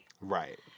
Right